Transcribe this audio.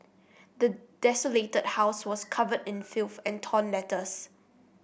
the desolated house was covered in filth and torn letters